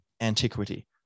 antiquity